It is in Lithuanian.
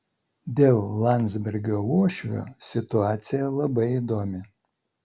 dėl landsbergio uošvio situacija labai įdomi